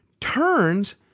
turns